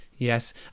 Yes